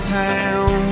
town